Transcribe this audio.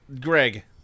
Greg